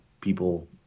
people